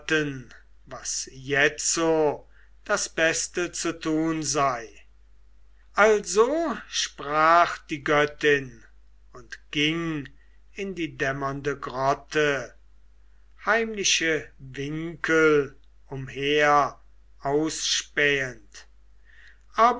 was jetzo das beste zu tun sei also sprach die göttin und ging in die dämmernde grotte heimliche winkel umher ausspähend